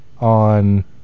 on